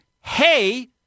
hey